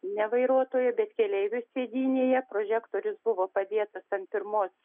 ne vairuotojo bet keleivio sėdynėje prožektorius buvo padėtas ant pirmos